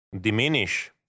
diminish